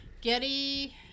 Getty